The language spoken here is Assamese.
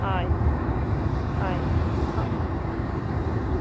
হয় হয় হয় আচ্ছা